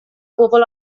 bobl